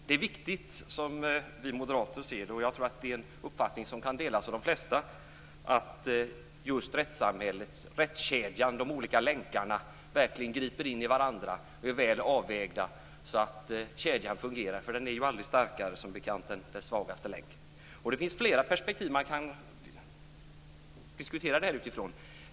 Det är som vi moderater ser det viktigt - och jag tror att det är en uppfattning som kan delas av de flesta - att de olika länkarna i kedjan i rättssamhället verkligen griper in i varandra och är väl avvägda så att kedjan fungerar. En kedja är som bekant aldrig starkare än sin svagaste länk. Man kan diskutera detta utifrån flera perspektiv.